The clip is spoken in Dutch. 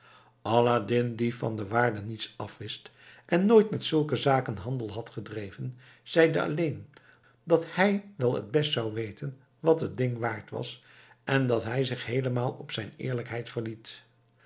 aladdin die van de waarde niets afwist en nooit met zulke zaken handel had gedreven zeide alleen dat hij wel t best zou weten wat t ding waard was en dat hij zich heelemaal op zijn eerlijkheid verliet